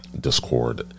Discord